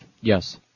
Yes